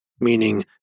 meaning